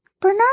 Bernard